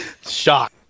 Shock